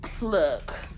look